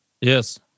yes